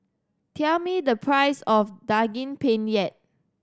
tell me the price of Daging Penyet